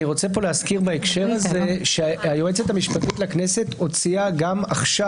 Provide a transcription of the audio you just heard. בהקשר הזה אני רוצה להזכיר שהיועצת המשפטית לכנסת הוציאה גם עכשיו,